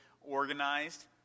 organized